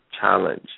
challenge